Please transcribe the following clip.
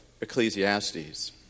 Ecclesiastes